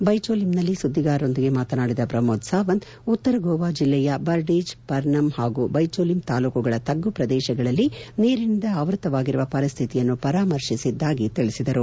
ಬೈಚೊಲಿಂನಲ್ಲಿ ಸುದ್ದಿಗಾರರೊಂದಿಗೆ ಮಾತನಾಡಿದ ಪ್ರಮೋದ್ ಸಾವಂತ್ ಉತ್ತರ ಗೋವಾ ಜಲ್ಲೆಯ ಬರ್ದೇಜ್ ಪರ್ನಂ ಹಾಗೂ ಬೈಜೊಲಿಂ ತಾಲ್ಲೂಕುಗಳ ತಗ್ಗು ಪ್ರದೇಶಗಳಲ್ಲಿ ನೀರಿನಿಂದ ಆವೃತವಾಗಿರುವ ಪರಿಸ್ಥಿತಿಯನ್ನು ಪರಾಮರ್ಶಿಸಿದ್ದಾಗಿ ತಿಳಿಸಿದರು